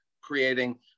creating